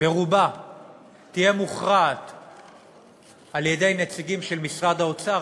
ברובה תוכרע על-ידי נציגים של משרד האוצר,